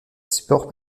support